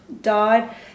died